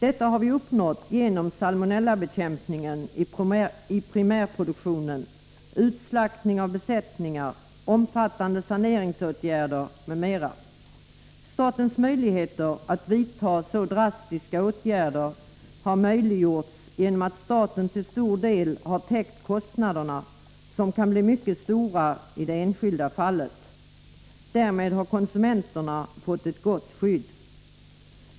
Detta har vi uppnått genom salmonellabekämpning i primärproduktionen, utslaktning av besättningar, omfattande saneringsåtgärder m.m. Statens möjligheter att vidta så drastiska åtgärder har åstadkommits genom att staten till stor del har täckt kostnaderna, som kan bli mycket stora i det enskilda fallet. Därmed har konsumenterna fått ett gott skydd.